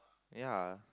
ya